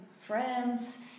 friends